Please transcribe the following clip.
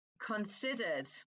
considered